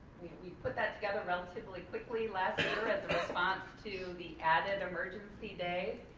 we put that together relatively quickly last year as a response to the added emergency days.